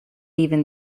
even